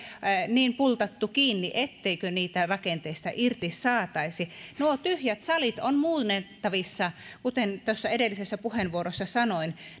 niin kiinni etteikö niitä rakenteista irti saataisi nuo tyhjät salit ovat muunnettavissa kuten tuossa edellisessä puheenvuorossa sanoin